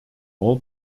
all